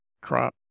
crop